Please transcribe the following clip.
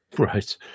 Right